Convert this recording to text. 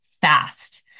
fast